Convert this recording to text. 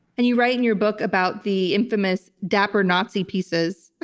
and you write in your book about the infamous dapper nazi pieces,